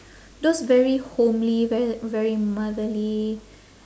those very homely very very motherly